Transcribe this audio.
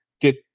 get